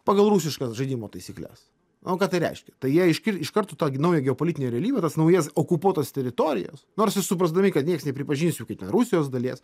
pagal rusiškas žaidimo taisykles o ką tai reiškia tai jie iškir iš karto tą naują geopolitinę realybę tas naujas okupuotas teritorijas nors i suprasdami kad nieks nepripažins jų kai ten rusijos dalies